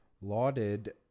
lauded